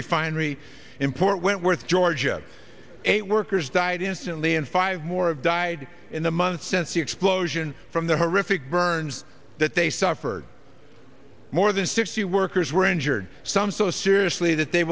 refinery in port wentworth georgia eight workers died instantly and five more of died in the months since the explosion from the horrific burns that they suffered more than sixty workers were injured some so seriously that they